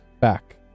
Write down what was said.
back